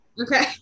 okay